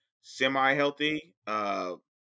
semi-healthy